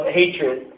hatred